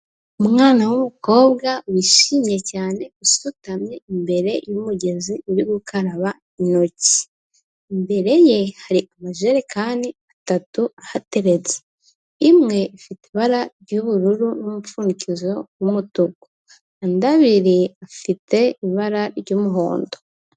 Umwana w'umukobwa wishimye cyane usutamye imbere y'umugezi uri gukaraba intoki, imbere ye hari amajerekani atatu ahateretse, imwe ifite ibara ry'ubururu n'umupfundikizo w'umutuku, andi abiri afite ibara ry'umuhondo.